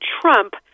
Trump